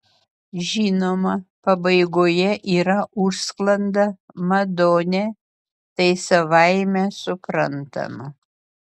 žinoma pabaigoje yra užsklanda madone tai savaime suprantama